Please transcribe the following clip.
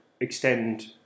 extend